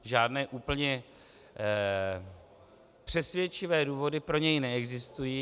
Žádné úplně přesvědčivé důvody pro něj neexistují.